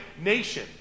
nation